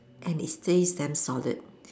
and its taste damn solid